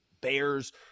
Bears